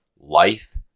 Life